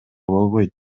болбойт